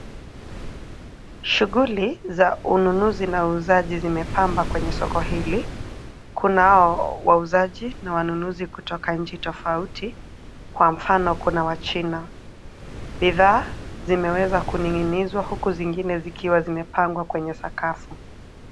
Shughuli, za ununuzi na uuzaji zimepamba kwenye soko hili, kunao wauzaji na wanunuzi kutoka nchi tofauti, kwa mfano kuna wachina, bidhaa, zimeweza kuning'inizwa huku zingine zikiwa zimepangwa kwenye sakafu.